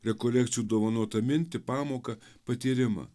rekolekcijų dovanotą mintį pamoką patyrimą